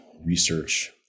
research